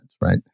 right